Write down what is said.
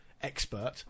Expert